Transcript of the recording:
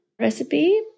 Recipe